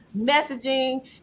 messaging